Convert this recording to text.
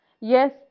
Yes